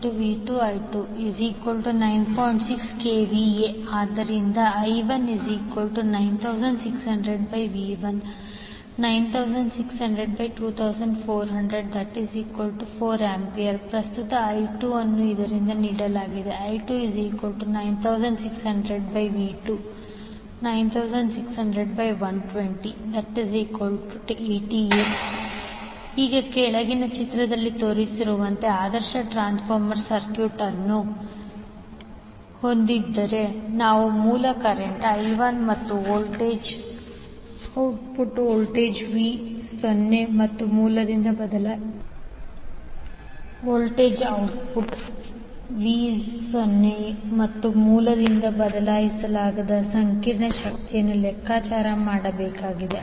6kVA ಆದ್ದರಿಂದ I19600V1960024004A ಪ್ರಸ್ತುತ I2 ಅನ್ನು ಇವರಿಂದ ನೀಡಲಾಗಿದೆ I29600V2960012080A ಈಗ ಕೆಳಗಿನ ಚಿತ್ರದಲ್ಲಿ ತೋರಿಸಿರುವಂತೆ ಆದರ್ಶ ಟ್ರಾನ್ಸ್ಫಾರ್ಮರ್ ಸರ್ಕ್ಯೂಟ್ ಅನ್ನು ಹೊಂದಿದ್ದರೆ ನಾವು ಮೂಲ ಕರೆಂಟ್ I1 ಮತ್ತು ವೋಲ್ಟೇಜ್ ಔಟ್ಪುಟ್ ವೋಲ್ಟೇಜ್ ವಿ 0 ಮತ್ತು ಮೂಲದಿಂದ ಒದಗಿಸಲಾದ ಸಂಕೀರ್ಣ ಶಕ್ತಿಯನ್ನು ಲೆಕ್ಕಾಚಾರ ಮಾಡಬೇಕಾಗಿದೆ